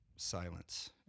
silence